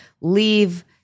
leave